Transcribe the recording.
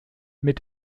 mit